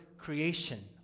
creation